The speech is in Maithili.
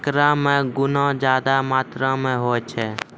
एकरा मे गुना ज्यादा मात्रा मे होय छै